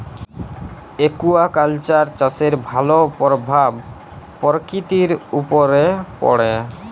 aquaculture চাষের ভালো পরভাব পরকিতির উপরে পড়ে